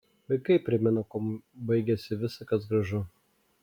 vaikai primena kuom baigiasi visa kas gražu